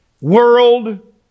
world